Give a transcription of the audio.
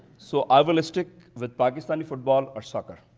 so, i will stick with pakistani football, or soccer.